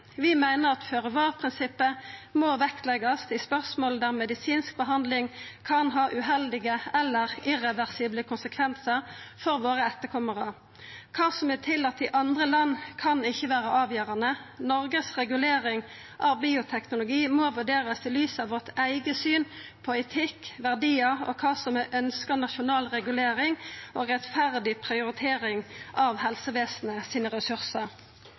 Vi meiner at føre-var-prinsippet må vektleggjast i spørsmål der medisinsk behandling kan ha uheldige eller irreversible konsekvensar for etterkomarane våre. Kva som er tillate i andre land, kan ikkje vera avgjerande. Noregs regulering av bioteknologi må vurderast i lys av vårt eige syn på etikk, verdiar og kva som er ønskt nasjonal regulering og rettferdig prioritering av ressursane i helsevesenet.